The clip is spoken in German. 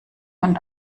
und